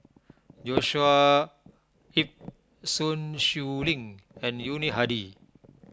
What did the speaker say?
Joshua Ip Sun Xueling and Yuni Hadi